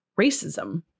Racism